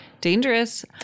Dangerous